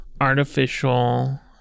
Artificial